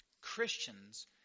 Christians